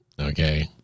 Okay